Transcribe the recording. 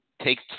Take